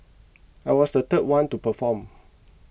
I was the third one to perform